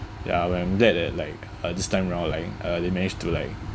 ya when that at like uh this time round like uh they managed to like